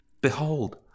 Behold